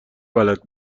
بلد